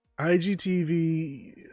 IGTV